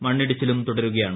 മുണ്ണിടിച്ചിലും തുടരുകയാണ്